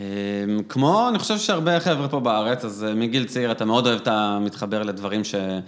כמו, אני חושב שהרבה חבר'ה פה בארץ, אז מגיל צעיר אתה מאוד אוהב, אתה מתחבר לדברים ש...